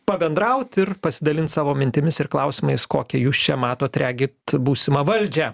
pabendraut ir pasidalint savo mintimis ir klausimais kokią jūs čia matot regit būsimą valdžią